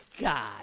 God